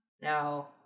Now